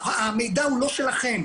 המידע הוא לא שלכם,